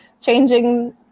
changing